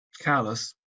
callous